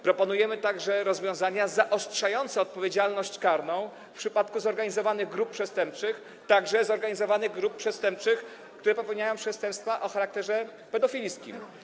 Proponujemy także rozwiązania zaostrzające odpowiedzialność karną w przypadku zorganizowanych grup przestępczych, także zorganizowanych grup przestępczych, które popełniają przestępstwa o charakterze pedofilskim.